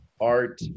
art